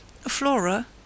Flora